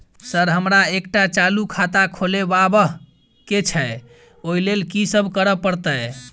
Sir हमरा एकटा चालू खाता खोलबाबह केँ छै ओई लेल की सब करऽ परतै?